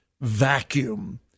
vacuum